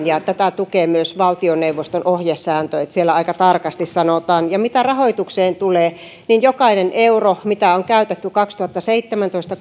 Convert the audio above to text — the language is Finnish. ja tätä tukee myös valtioneuvoston ohjesääntö että siellä aika tarkasti sanotaan mitä rahoitukseen tulee niin jokainen euro mitä on käytetty kaksituhattaseitsemäntoista